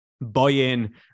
buy-in